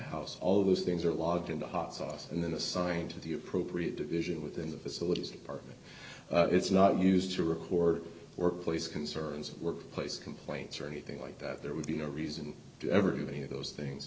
house all of those things are locked in the hot sauce and then assigned to the appropriate division within the facilities apartment it's not used to record or place concerns of work place complaints or anything like that there would be no reason to ever do any of those things